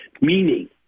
Meaning